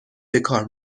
بکار